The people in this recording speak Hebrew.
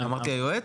אמרתי היועץ?